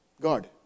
God